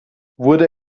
wurde